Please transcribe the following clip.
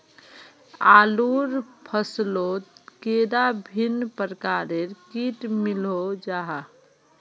आलूर फसलोत कैडा भिन्न प्रकारेर किट मिलोहो जाहा?